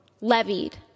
levied